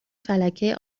فلکه